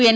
N